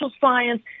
science